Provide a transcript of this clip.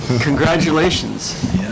congratulations